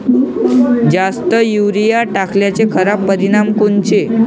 जास्त युरीया टाकल्याचे खराब परिनाम कोनचे?